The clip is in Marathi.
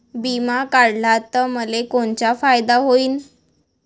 बिमा काढला त मले कोनचा फायदा होईन?